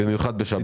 במיוחד בשבת.